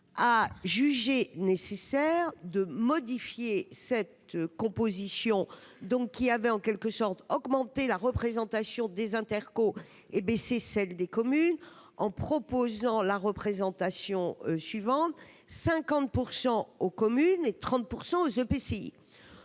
a jugé nécessaire de modifier cette composition qui avait, en quelque sorte, augmenté la représentation des intercommunalités et baissé celle des communes, en proposant la représentation suivante : 50 % aux communes et 30 % aux EPCI.